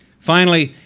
finally,